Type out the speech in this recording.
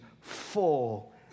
full